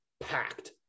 packed